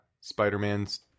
spider-man's